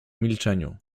milczeniu